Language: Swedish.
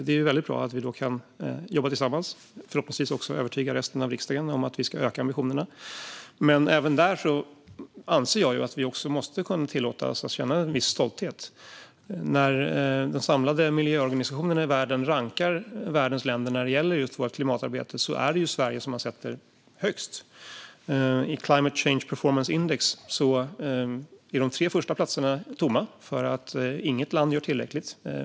Det är väldigt bra att vi då kan jobba tillsammans och förhoppningsvis övertyga resten av riksdagen om att vi ska öka ambitionerna. Men även där anser jag att vi måste kunna tillåta oss att känna en viss stolthet. När de samlade miljöorganisationerna i världen rankar världens länder när det gäller klimatarbetet är det just Sverige som man sätter högst. I Climate Change Performance Index är de tre första platserna tomma, för inget land gör tillräckligt.